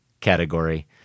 category